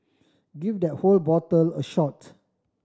give that whole bottle a shot